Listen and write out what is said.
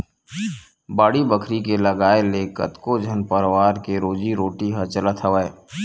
बाड़ी बखरी के लगाए ले कतको झन परवार के रोजी रोटी ह चलत हवय